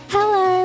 Hello